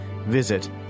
Visit